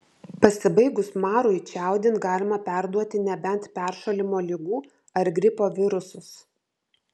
pasibaigus marui čiaudint galima perduoti nebent peršalimo ligų ar gripo virusus